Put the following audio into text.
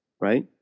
Right